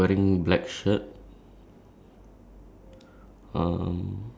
okay then at the back of the picture there's a guy fishing